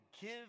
give